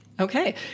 Okay